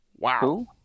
Wow